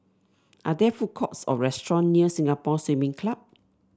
are there food courts or restaurant near Singapore Swimming Club